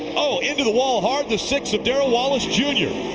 oh, into the wall hard, the six of darrell wallace jr.